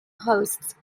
hosts